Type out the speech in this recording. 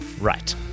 Right